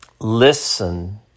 Listen